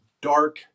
dark